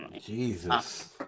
Jesus